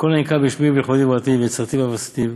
'כל הנקרא בשמי ולכבודי בראתיו יצרתיו אף עשיתיו',